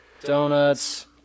Donuts